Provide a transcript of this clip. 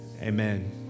Amen